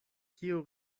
kiu